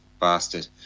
Bastard